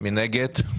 מי נגד?